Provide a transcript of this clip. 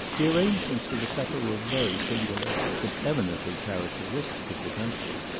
the arrangements for the supper were very singular, but eminently characteristic of the country.